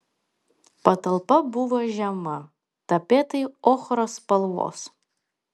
patalpa buvo žema tapetai ochros spalvos